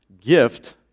gift